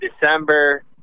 december